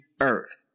earth